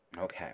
Okay